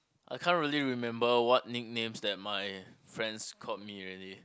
I can't really remember what nicknames that my friends called me already